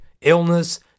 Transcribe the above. illness